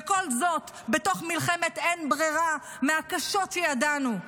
וכל זאת, בתוך מלחמת אין ברירה מהקשות שידענו.